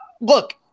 Look